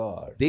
God